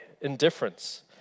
indifference